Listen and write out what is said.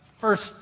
first